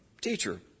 Teacher